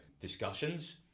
discussions